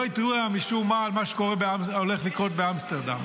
שלא התריע משום מה על מה שהולך לקרות באמסטרדם,